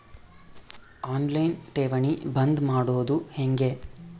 On line ಠೇವಣಿ ಬಂದ್ ಮಾಡೋದು ಹೆಂಗೆ?